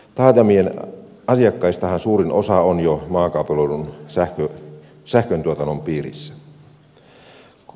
taajamien asiakkaistahan suurin osa on jo maakaapeloidun sähköntuotannon piirissä